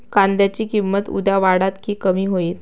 कांद्याची किंमत उद्या वाढात की कमी होईत?